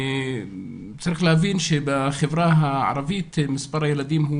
צריך להבין שבחברה הערבית מספר הילדים,